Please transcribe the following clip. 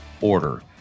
order